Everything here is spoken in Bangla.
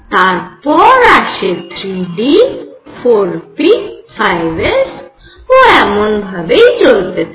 তারপর আসে 3 d 4 p 5 s ও এমন ভাবে চলতে থাকে